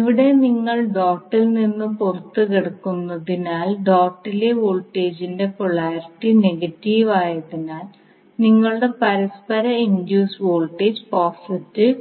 ഇവിടെ നിങ്ങൾ ഡോട്ടിൽ നിന്ന് പുറത്തുകടക്കുന്നതിനാൽ ഡോട്ടിലെ വോൾട്ടേജിന്റെ പൊളാരിറ്റി നെഗറ്റീവ് ആയതിനാൽ നിങ്ങളുടെ പരസ്പര ഇൻഡ്യൂസ്ഡ് വോൾട്ടേജ് പോസിറ്റീവ്